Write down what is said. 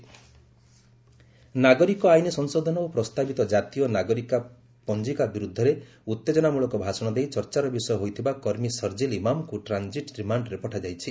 Sharjeel remand ନାଗରିକ ଆଇନ ସଂଶୋଧନ ଓ ପ୍ରସ୍ତାବିତ ଜାତୀୟ ନାଗରିକ ପଞ୍ଜିକା ବିରୁଦ୍ଧରେ ଉତ୍ତେଜନାମୂଳକ ଭାଷଣ ଦେଇ ଚର୍ଚ୍ଚାର ବିଷୟ ହୋଇଥିବା କର୍ମୀ ସର୍ଜିଲ ଇମାମ୍ଙ୍କୁ ଟ୍ରାନ୍ଜିଟି ରିମାଣ୍ଡରେ ପଠାଯାଇଛି